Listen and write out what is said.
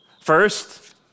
First